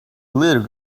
little